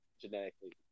genetically